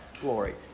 glory